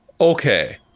Okay